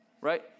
Right